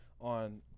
on